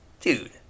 dude